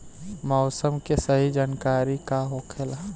मौसम के सही जानकारी का होखेला?